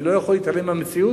אני לא יכול להתעלם מהמציאות.